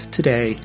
today